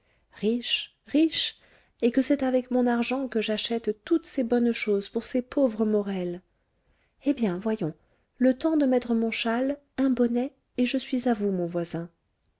riche riche et que c'est avec mon argent que j'achète toutes ces bonnes choses pour ces pauvres morel eh bien voyons le temps de mettre mon châle un bonnet et je suis à vous mon voisin